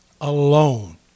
alone